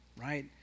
Right